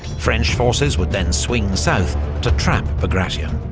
french forces would then swing south to trap bagration.